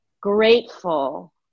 grateful